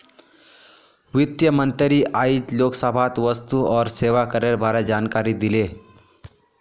वित्त मंत्री आइज लोकसभात वस्तु और सेवा करेर बारे जानकारी दिले